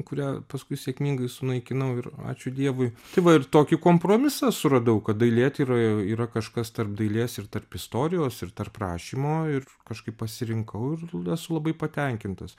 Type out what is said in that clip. kurią paskui sėkmingai sunaikinau ir ačiū dievui tai va ir tokį kompromisą suradau kad dailėtyra yra kažkas tarp dailės ir tarp istorijos ir tarp rašymo ir kažkaip pasirinkau ir esu labai patenkintas